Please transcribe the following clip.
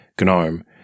GNOME